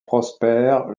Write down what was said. prospère